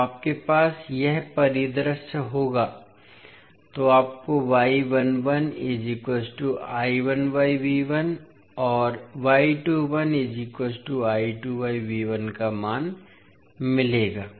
जब आपके पास यह परिदृश्य होगा तो आपको और का मान मिलेगा